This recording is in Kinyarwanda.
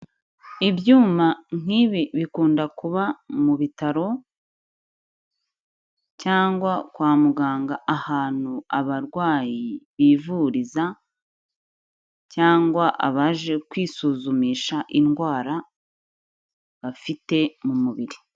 Ibyuma nk'ibi bikunda kuba mu bitaro cyangwa kwa muganga ahantu abarwayi bivuriza cyangwa abaje kwisuzumisha indwara bafite mu mubiri.